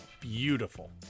beautiful